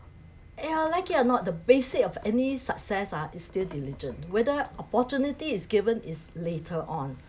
yeah like it or not the basic of any success ah is still diligent whether opportunity is given is later on